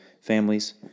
families